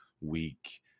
week